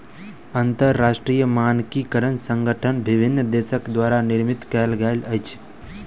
अंतरराष्ट्रीय मानकीकरण संगठन विभिन्न देसक द्वारा निर्मित कयल गेल अछि